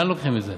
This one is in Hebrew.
לאן לוקחים את זה?